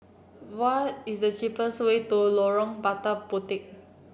what is the cheapest way to Lorong Lada Puteh